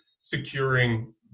securing